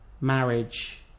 marriage